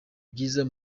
byiza